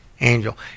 angel